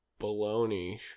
baloney